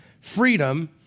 freedom